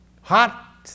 hot